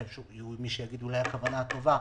יש מי שיאמר הכוונה הטובה,